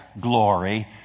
glory